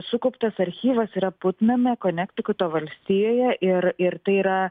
sukauptas archyvas yra putname konektikuto valstijoje ir ir tai yra